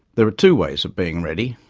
there are two ways of being ready.